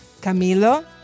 Camilo